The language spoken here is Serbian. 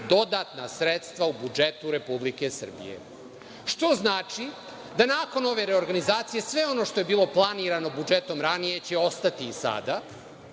dodatna sredstva u budžetu Republike Srbije. To znači da, nakon ove reorganizacije, sve ono što je bilo planirano budžetom ranije će ostati i sada